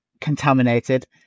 contaminated